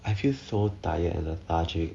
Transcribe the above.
I feel so tired lethargic